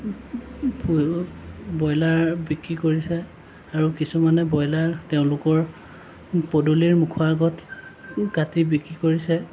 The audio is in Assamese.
পুহিব বইলাৰ বিক্ৰী কৰিছে আৰু কিছুমানে বইলাৰ তেওঁলোকৰ পদূলিৰ মুখৰ আগত কাটি বিক্ৰী কৰিছে